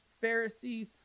Pharisees